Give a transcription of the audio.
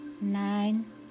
nine